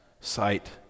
sight